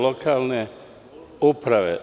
Lokalne uprave.